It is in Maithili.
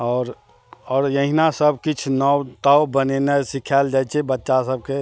आओर आओर एहिना सब किछु नाव ताव बनेनाइ सिखाएल जाइ छै बच्चा सभके